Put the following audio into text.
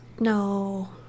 No